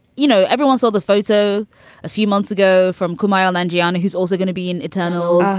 you know, everyone saw the photo a few months ago from kumail nanjiani, who's also gonna be an eternal.